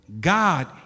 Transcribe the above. god